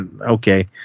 okay